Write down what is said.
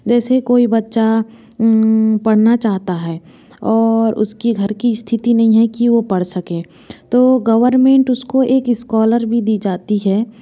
जैसे कोई बच्चा पढ़ना चाहता है और उसके घर की स्थिति नहीं है कि वो पढ़ सके तो गोरमेंट उसको एक स्कॉलर भी दी जाती है